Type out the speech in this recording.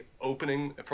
opening